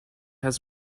has